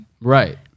Right